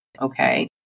okay